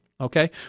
Okay